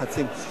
לעת עתה